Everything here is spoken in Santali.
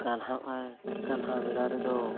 ᱜᱟᱱᱦᱟᱜᱼᱟᱭ ᱜᱟᱱᱦᱟᱣ ᱵᱮᱲᱟ ᱨᱮᱫᱚ